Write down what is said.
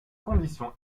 condition